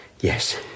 yes